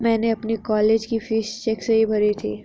मैंने अपनी कॉलेज की फीस चेक से ही भरवाई थी